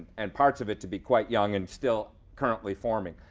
and parts of it to be quite young and still currently forming.